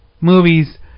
movies